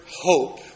hope